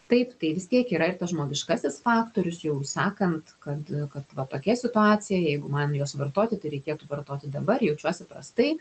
taip tai vis tiek yra ir tas žmogiškasis faktorius jau sakant kad kad va tokia situacija jeigu man juos vartoti tai reikėtų vartoti dabar jaučiuosi prastai